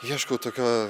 ieškau tokio